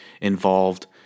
involved